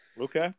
Okay